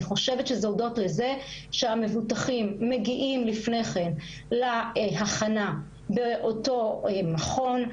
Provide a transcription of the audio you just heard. אני חושבת שזה הודות לזה שהמבוטחים מגיעים לפני כן להכנה ולאותו מכון,